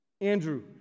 Andrew